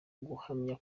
guhamya